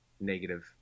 negative